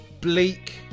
bleak